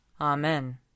Amen